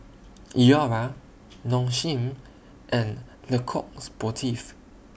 Iora Nong Shim and Le Coq Sportif